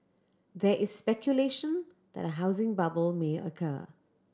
there is speculation that a housing bubble may occur